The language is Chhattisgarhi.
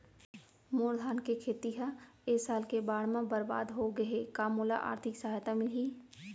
मोर धान के खेती ह ए साल के बाढ़ म बरबाद हो गे हे का मोला आर्थिक सहायता मिलही?